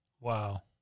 Wow